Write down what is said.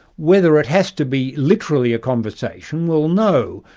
whether it has to be literally a conversation, well no.